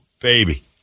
baby